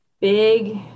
big